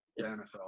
NFL